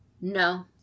No